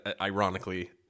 ironically